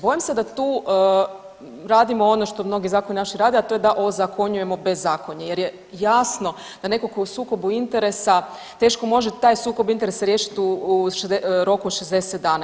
Bojim se da tu radimo ono što mnogi naši zakoni rade, a to je da ozakonjujemo bezakonje jer je jasno da netko tko je u sukobu interesa teško može taj sukob interesa riješiti u roku od 60 dana.